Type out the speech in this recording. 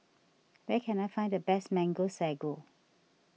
where can I find the best Mango Sago